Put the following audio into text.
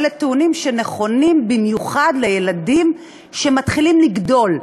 אלה טיעונים שנכונים במיוחד לילדים שמתחילים לגדול,